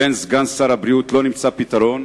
לבין סגן שר הבריאות לא נמצא פתרון,